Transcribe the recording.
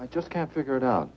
i just can't figure it out